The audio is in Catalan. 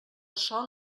sol